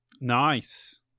Nice